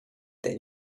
that